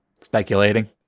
Speculating